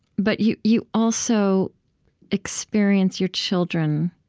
but you you also experience your children,